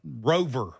rover